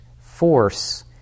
force